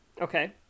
Okay